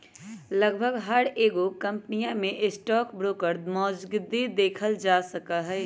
लगभग हर एगो कम्पनीया में स्टाक ब्रोकर मौजूदगी देखल जा सका हई